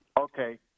okay